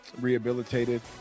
rehabilitated